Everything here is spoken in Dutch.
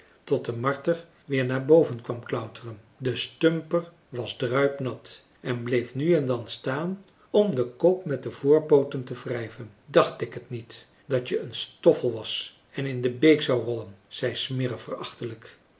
tot de marter weer naar boven kwam klauteren de stumper was druipnat en bleef nu en dan staan om den kop met de voorpooten te wrijven dacht ik het niet dat je een stoffel was en in de beek zou